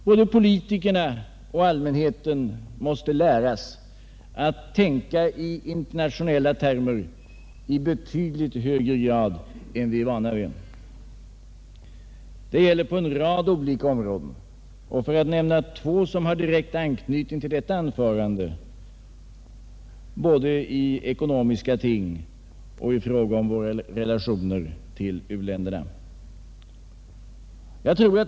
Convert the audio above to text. Både politikerna och allmänheten måste läras att tänka i internationella termer Allmänpolitisk debatt 55 Allmänpolitisk debatt i betydligt högre grad än de är vana vid. Det gäller på en rad olika områden, bl.a. två som har direkt anknytning till detta anförande, både i ekonomiska ting och i våra relationer till u-länderna.